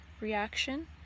reaction